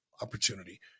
opportunity